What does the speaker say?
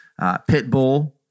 Pitbull